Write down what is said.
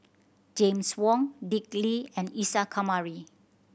James Wong Dick Lee and Isa Kamari